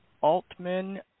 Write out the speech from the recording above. Altman